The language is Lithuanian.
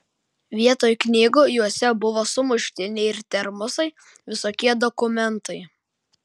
vietoj knygų juose buvo sumuštiniai ir termosai visokie dokumentai